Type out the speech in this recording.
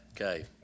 Okay